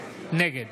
נגד